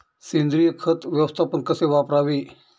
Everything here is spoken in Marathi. सेंद्रिय खत व्यवस्थापन कसे करावे?